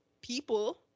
people